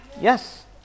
Yes